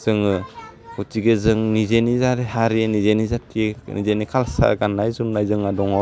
जोङो गथिखे जों निजेनि जारे हारिनि जेनिजाति जोंनि कालसार गान्नाय जोमन्नाय जोंहा दङ